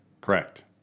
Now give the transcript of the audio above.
Correct